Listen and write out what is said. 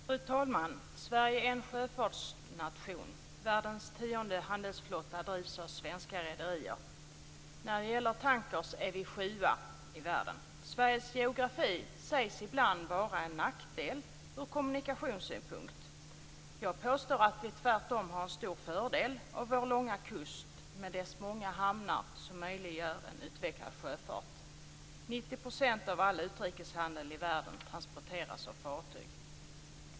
Fru talman! Sverige är en sjöfartsnation. Världens tionde handelsflotta drivs av svenska rederier. När det gäller tankers är vi sjua i världen. Sveriges geografi sägs ibland vara en nackdel ur kommunikationssynpunkt. Jag påstår att vi tvärtom har en stor fördel av vår långa kust med dess många hamnar som möjliggör en utvecklad sjöfart. 90 % av all utrikeshandel i världen transporteras av fartyg.